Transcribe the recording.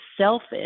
selfish